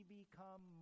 become